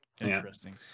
Interesting